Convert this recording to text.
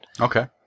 Okay